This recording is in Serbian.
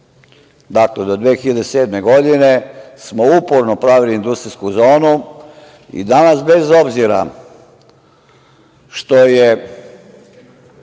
zonu. Dakle, do 2007. godine smo uporno pravili industrijsku zonu. I danas bez obzira što je